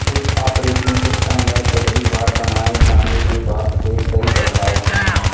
इस operating system में पहली बार बनाए जाने के बाद से कई बदलाव हुए हैं